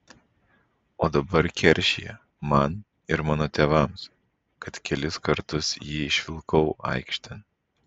o dabar keršija man ir mano tėvams kad kelis kartus jį išvilkau aikštėn